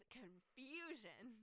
confusion